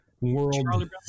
world